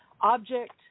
object